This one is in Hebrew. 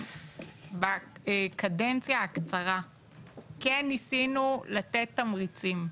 בקדנציה הקצרה ניסינו לתת תמריצים,